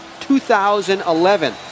2011